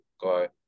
got